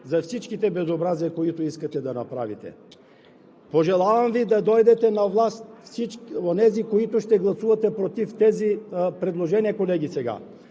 за всичките безобразия, които искате да направите. Пожелавам Ви да дойдете на власт – онези колеги, които ще гласувате против тези предложения сега.